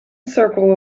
circle